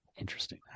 Interesting